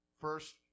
first